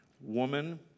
woman